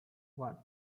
one